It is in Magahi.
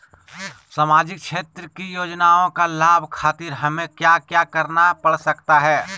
सामाजिक क्षेत्र की योजनाओं का लाभ खातिर हमें क्या क्या करना पड़ सकता है?